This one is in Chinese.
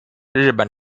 日本